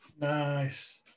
Nice